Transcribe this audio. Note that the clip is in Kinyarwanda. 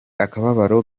akababaro